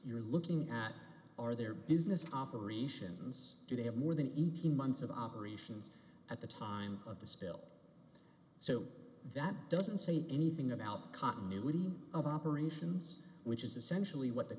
you're looking at are their business operations do they have more than eighteen months of operations at the time of the spill so that doesn't say anything about continuity of operations which is essentially what the